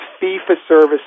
fee-for-service